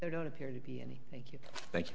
don't appear to be any thank you thank you